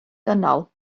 dynol